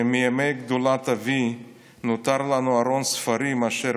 "מימי גדולת אבי נותר לנו ארון ספרים אשר